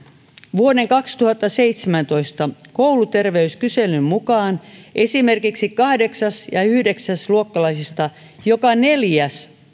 vuoden kaksituhattaseitsemäntoista kouluterveyskyselyn mukaan esimerkiksi kahdeksas ja yhdeksäsluokkalaisista joka neljäs